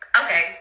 okay